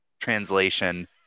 translation